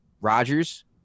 Rodgers